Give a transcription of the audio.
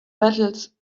battles